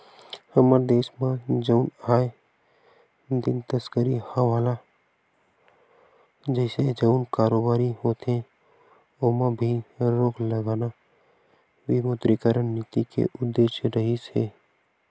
हमर देस म जउन आए दिन तस्करी हवाला जइसे जउन कारोबारी होथे ओमा भी रोक लगाना विमुद्रीकरन नीति के उद्देश्य रिहिस हे